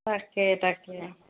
তাকে তাকে